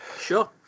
Sure